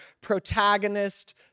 protagonist